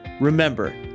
Remember